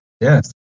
yes